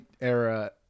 era